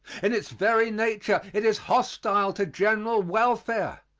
in its very nature it is hostile to general welfare.